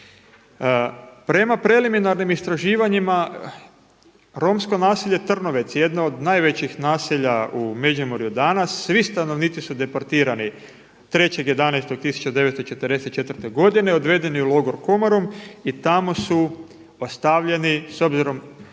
Prema preliminarnim istraživanjima Romsko naselje Trnovec jedno od najvećih naselja u Međimurju danas, svi stanovnici su deportirani 3. 11. 1944. godine odvedeni u logor Komorom i tamo su ostavljeni s obzirom